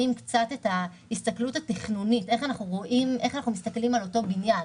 קצת את ההסתכלות התכנונית על אותו בניין,